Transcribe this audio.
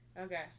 Okay